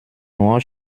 nur